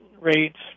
rates